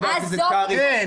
חבר הכנסת קרעי,